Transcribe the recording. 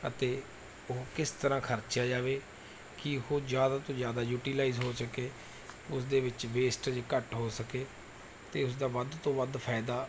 ਅਤੇ ਉਹ ਕਿਸ ਤਰ੍ਹਾਂ ਖਰਚਿਆ ਜਾਵੇ ਕਿ ਉਹ ਜ਼ਿਆਦਾ ਤੋਂ ਜ਼ਿਆਦਾ ਯੂਟੀਲਾਈਜ ਹੋ ਸਕੇ ਉਸਦੇ ਵਿੱਚ ਵੇਸਟਜ ਘੱਟ ਹੋ ਸਕੇ ਅਤੇ ਉਸਦਾ ਵੱਧ ਤੋਂ ਵੱਧ ਫ਼ਾਇਦਾ